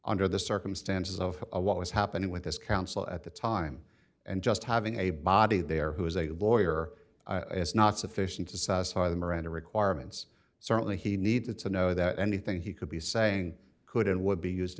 under the circumstances of what was happening with this counsel at the time and just having a body there who is a lawyer is not sufficient to satisfy the miranda requirements certainly he needs to know that anything he could be saying could and would be used